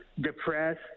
depressed